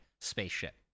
spaceship